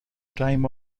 time